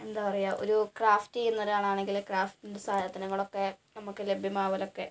എന്താണ് പറയുക ഒരു ക്രഫ്റ്റ് ചെയ്യുന്ന രാളാണെങ്കില് ക്രഫ്റ്റിൻ്റെ സാധങ്ങളൊക്കെ നമക്ക് ലഭ്യമാവലൊക്കെ